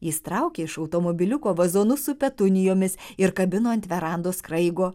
jis traukė iš automobiliuko vazonus su petunijomis ir kabino ant verandos kraigo